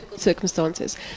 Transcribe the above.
circumstances